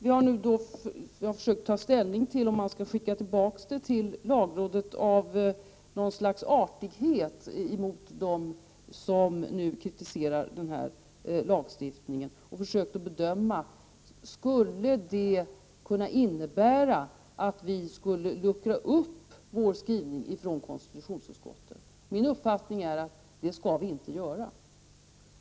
Vi har nu försökt ta ställning till om vi skall skicka tillbaka ärendet till lagrådet av något slags artighet mot dem som kritiserar denna lagstiftning. Vi har försökt bedöma huruvida det skulle kunna innebära att vi skulle luckra upp konstitutionsutskottets skrivning. Min uppfattning är att det skall vi inte göra.